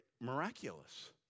miraculous